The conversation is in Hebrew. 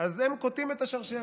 אז הם קוטעים את השרשרת.